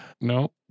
No